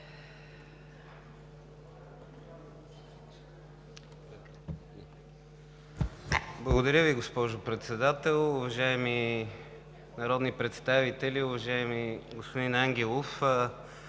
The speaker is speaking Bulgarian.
Благодаря Ви, госпожо Председател. Уважаеми народни представители! Уважаеми господин Ангелов,